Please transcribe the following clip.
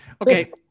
okay